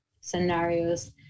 scenarios